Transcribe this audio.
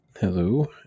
Hello